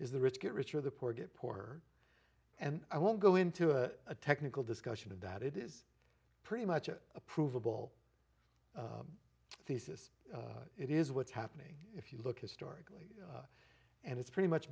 is the rich get richer the poor get poorer and i won't go into a technical discussion of that it is pretty much a provable thesis it is what's happening if you look historically and it's pretty much